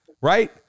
Right